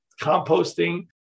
composting